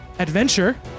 adventure